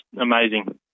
amazing